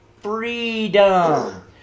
Freedom